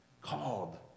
called